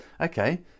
Okay